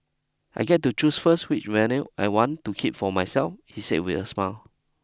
I get to choose first which vinyls I want to keep for myself he says with a smile